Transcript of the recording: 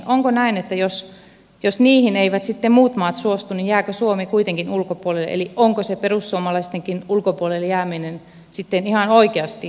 onko näin että jos niihin eivät sitten muut maat suostu jääkö suomi kuitenkin ulkopuolelle eli onko se perussuomalaistenkin ulkopuolelle jääminen sitten ihan oikeasti vaihtoehto